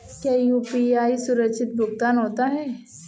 क्या यू.पी.आई सुरक्षित भुगतान होता है?